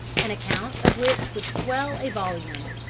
an account of which would swell a volume.